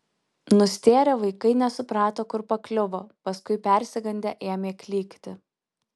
nustėrę vaikai nesuprato kur pakliuvo paskui persigandę ėmė klykti